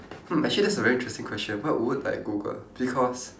hmm actually that's a very interesting question what would I Google because